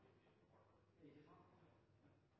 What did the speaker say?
Det er altså ikke